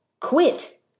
quit